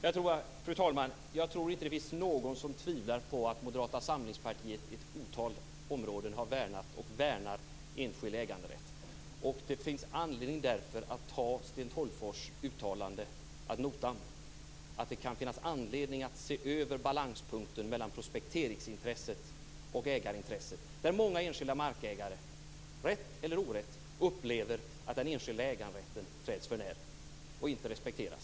Fru talman! Jag tror inte att det finns någon som tvivlar på att Moderata samlingspartiet på ett otal områden har värnat och värnar enskild äganderätt. Det finns därför anledning att ta Sten Tolgfors uttalande ad notam. Det kan finnas anledning att se över balanspunkten mellan prospekteringsintresset och ägarintresset. Många enskilda markägare upplever rätt eller orätt att den enskilda äganderätten träds förnär och att den inte respekteras.